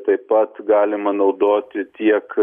taip pat galima naudoti tiek